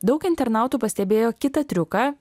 daug internautų pastebėjo kitą triuką